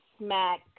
smack